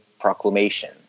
Proclamation